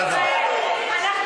תודה רבה.